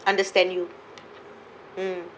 understand you mm